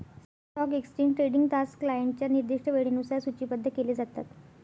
stock exchange trading तास क्लायंटच्या निर्दिष्ट वेळेनुसार सूचीबद्ध केले जातात